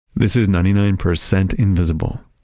this is ninety nine percent invisible.